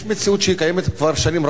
יש מציאות שקיימת כבר שנים,